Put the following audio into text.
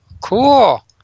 Cool